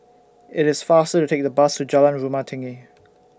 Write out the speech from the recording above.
IT IS faster to Take The Bus to Jalan Rumah Tinggi